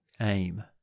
aim